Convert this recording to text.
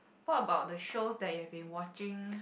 what about the shows that you've been watching